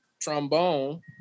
trombone